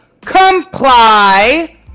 comply